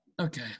Okay